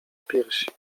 piersi